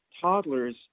Toddlers